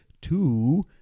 two-